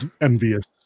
envious